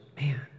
man